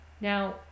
Now